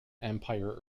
empire